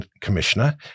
commissioner